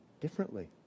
differently